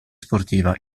sportiva